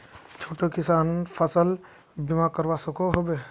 छोटो किसान फसल बीमा करवा सकोहो होबे?